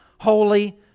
holy